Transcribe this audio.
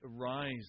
Arise